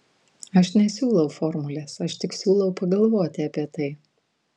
aš nesiūlau formulės aš tik siūlau pagalvoti apie tai